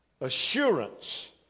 assurance